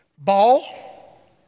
Ball